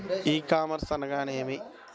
ఈ కామర్స్ అనగానేమి?